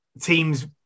teams